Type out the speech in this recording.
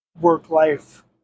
work-life